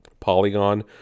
Polygon